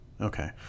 Okay